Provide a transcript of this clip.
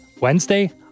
Wednesday